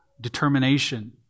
determination